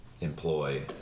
employ